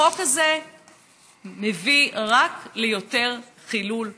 החוק הזה מביא רק ליותר חילול שבת.